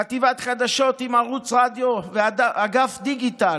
חטיבת חדשות עם ערוץ רדיו, אגף דיגיטל.